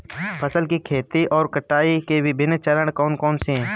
फसल की खेती और कटाई के विभिन्न चरण कौन कौनसे हैं?